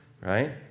right